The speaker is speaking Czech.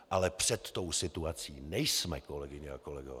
Ale před tou situaci nejsme, kolegyně a kolegové.